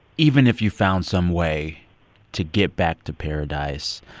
even if you found some way to get back to paradise,